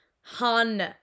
Hun